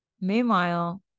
Meanwhile